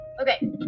okay